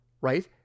right